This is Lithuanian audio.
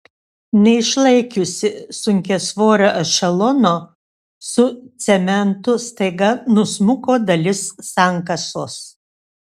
neišlaikiusi sunkiasvorio ešelono su cementu staiga nusmuko dalis sankasos